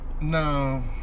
No